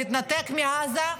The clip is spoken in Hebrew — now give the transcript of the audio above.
להתנתק מעזה,